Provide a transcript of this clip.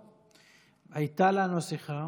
הייתה לנו שיחה